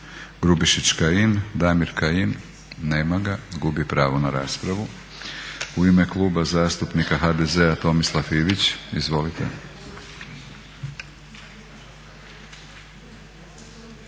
Grubišić, Kajin. Dami Kajin, nema ga, gubi pravo na raspravu. U ime Kluba zastupnika HDZ-a Tomislav Ivić. Izvolite.